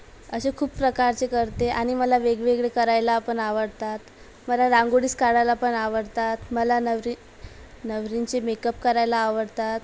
असे खूप प्रकारचे करते आणि मला वेगवेगळे करायला पण आवडतात मला रांगोळीस् काढायला पण आवडतात मला नवरी नवरींचे मेकअप करायला आवडतात